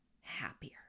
happier